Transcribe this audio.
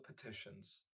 petitions